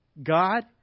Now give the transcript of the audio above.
God